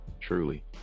truly